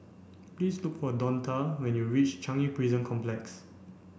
please look for Donta when you reach Changi Prison Complex